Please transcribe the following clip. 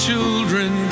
children